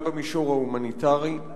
גם במישור ההומניטרי,